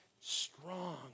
strong